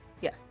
Yes